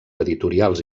editorials